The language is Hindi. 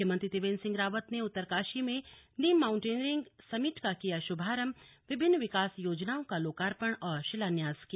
मुख्यमंत्री त्रिवेंद्र सिंह रावत ने उत्तरकाशी में निम माउंटेनियरिंग समिट का किया शुभारंभ विभिन्न विकास योजनाओं का लोकार्पण और शिलान्यास किया